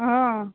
हां